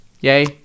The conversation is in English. Yay